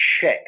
check